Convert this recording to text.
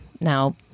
now